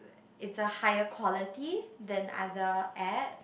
it's a higher quality than other app